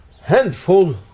handful